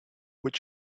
would